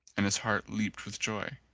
and his heart leaped with joy.